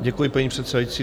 Děkuji, paní předsedající.